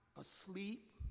asleep